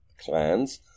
clans